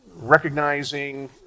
recognizing